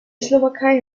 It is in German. slowakei